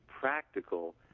practical